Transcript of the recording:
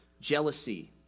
jealousy